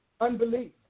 Unbelief